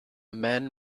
man